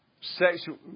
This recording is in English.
Sexual